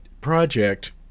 project